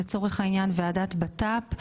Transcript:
לצורך העניין ועדת בט"פ,